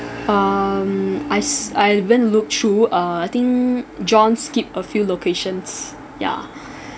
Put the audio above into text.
um I I even look through uh think john skipped a few locations ya